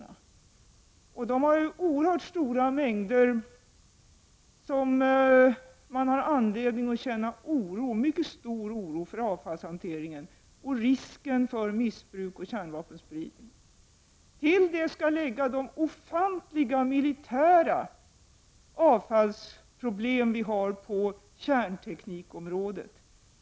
Dessa länder har oerhört stora mängder avfall, och man har anledning att känna mycket stor oro för hanteringen av detta liksom för risken för missbruk och kärnvapenspridning. Till detta skall läggas de ofantliga militära avfallsproblem som finns på kärnteknikområdet.